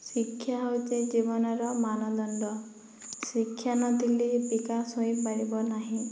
ଶିକ୍ଷା ହେଉଛି ଜୀବନର ମାନଦଣ୍ଡ ଶିକ୍ଷା ନଥିଲେ ବିକାଶ ହୋଇପାରିବ ନାହିଁ